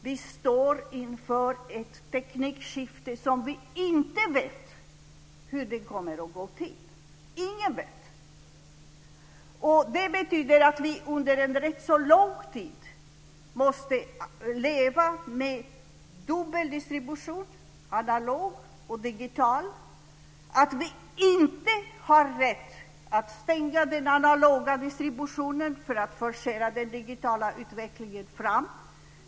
Vi står inför ett teknikskifte som vi inte vet hur det kommer att gå till. Ingen vet det. Det betyder att vi under en rätt så lång tid måste leva med dubbel distribution, analog och digital, och att vi inte har rätt att stänga den analoga distributionen för att forcera fram den digitala utvecklingen.